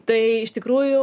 tai iš tikrųjų